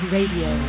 Radio